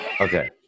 Okay